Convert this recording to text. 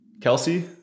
Kelsey